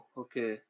okay